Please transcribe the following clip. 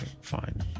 Fine